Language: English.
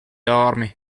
army